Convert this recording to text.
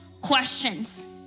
questions